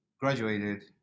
graduated